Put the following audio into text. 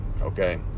okay